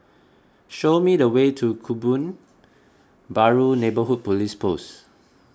show me the way to Kebun Baru Neighbourhood Police Post